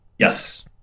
Yes